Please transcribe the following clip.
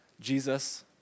Jesus